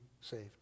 saved